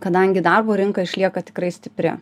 kadangi darbo rinka išlieka tikrai stipri